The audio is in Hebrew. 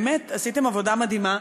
באמת, עשיתם עבודה מדהימה.